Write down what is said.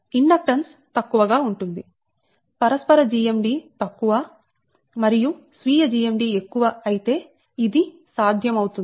కాబట్టిఇండక్టెన్స్ తక్కువ గా ఉంటుంది పరస్పర GMD తక్కువ మరియు స్వీయ GMD ఎక్కువ అయితే ఇది సాధ్యమవుతుంది